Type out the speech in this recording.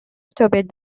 stupid